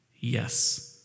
Yes